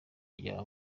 rya